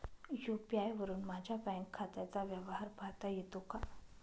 UPI वरुन माझ्या bank खात्याचा व्यवहार पाहता येतो का?